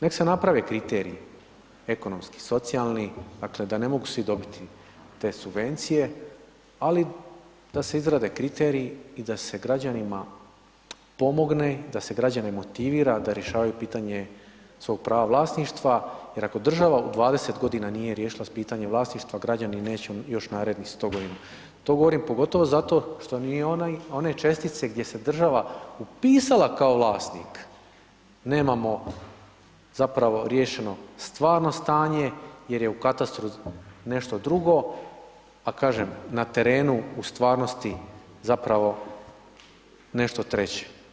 Nek se naprave kriteriji ekonomski, socijalni, dakle da ne mogu svi dobiti te subvencije ali da se izrade kriteriji i da se građanima pomogne, da se građane motivira, da rješavanju pitanje svog prava vlasništva jer ako država u 20 g. nije riješila pitanje vlasništva, građani neće još narednih 100 g. To govorim pogotovo zato što one čestice gdje se država upisala kao vlasnik, nemamo zapravo riješeno stvarno stanje jer je u katastru nešto drugo a kažem na terenu u stvarnosti zapravo nešto treće.